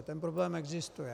Ten problém existuje.